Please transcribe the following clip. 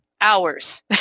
hours